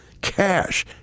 Cash